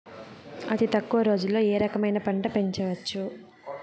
అతి తక్కువ రోజుల్లో ఏ రకమైన పంట పెంచవచ్చు?